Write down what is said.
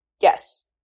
Yes